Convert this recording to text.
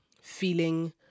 feeling